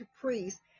priests